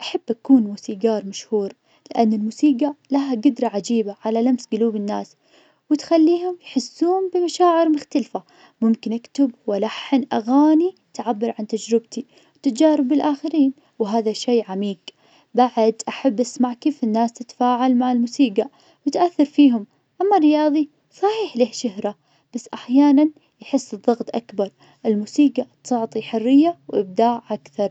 أحب اكون موسيجار مشهور, لأن الموسيقى لها قدرة عجيبة على لمس قلوب الناس, وتخليهم يحسون بمشاعر مختلفة, ممكن أكتب ولحن أغاني تعبر عن تجربتي, تجارب الآخرين, وهذا شي عميق, بعد, أحب أسمع كيف الناس تتفاعل مع الموسيقى, وتأثر فيهم, أما الرياضي, صحيح له شهرة, بس أحياناً يحس الضغط أكبر, الموسيقى تعطي حرية وإبداع أكثر.